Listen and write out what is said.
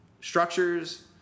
structures